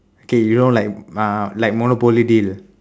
okay you know like uh like Monopoly Deal